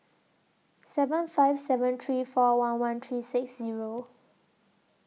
seven five seven three four one one three six Zero